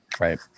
Right